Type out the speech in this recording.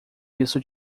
isso